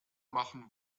machen